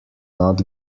not